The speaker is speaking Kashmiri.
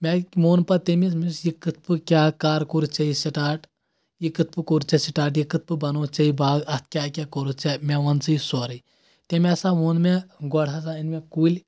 مےٚ ووٚن پتہٕ تٔمِس یہِ کِتھ پٲٹھۍ کیٛاہ کر کوٚرُتھ ژےٚ یہِ سٹارٹ یہِ کِتھ پٲٹھۍ کوٚرُتھ ژےٚ سٹارٹ یہِ کِتھ پٲٹھۍ بنوٚوُتھ ژےٚ یہِ باغ اَتھ کیٛاہ کیٛاہ کوٚرُتھ ژےٚ مےٚ ون ژےٚ یہِ سورُے تٔمۍ ہسا ووٚن مےٚ گۄڈٕ ہسا أنۍ مےٚ کُلۍ